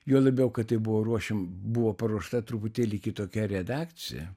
juo labiau kad tai buvo ruošim buvo paruošta truputėlį kitokia redakcija